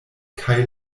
kaj